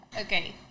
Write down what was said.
Okay